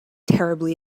terribly